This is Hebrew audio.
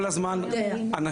כל הזמן אנשים,